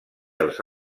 els